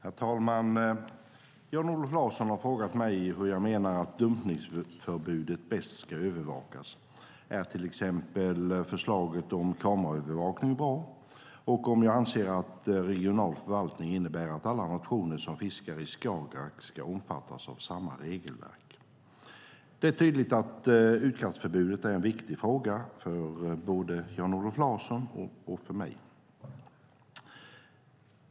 Herr talman! Jan-Olof Larsson har frågat mig hur jag menar att dumpningsförbudet bäst ska övervakas, om till exempel förslaget om kameraövervakning är bra och om jag anser att regional förvaltning innebär att alla nationer som fiskar i Skagerrak ska omfattas av samma regelverk. Det är tydligt att utkastförbudet är en viktig fråga för både Jan-Olof Larsson och mig.